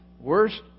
worst